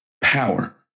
power